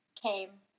came